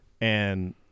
And-